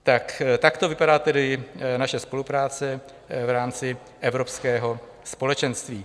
Tak takto vypadá tedy naše spolupráce v rámci Evropského společenství.